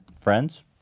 Friends